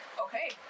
Okay